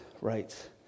rights